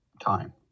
time